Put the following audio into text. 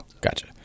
Gotcha